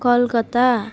Calcutta